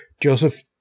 joseph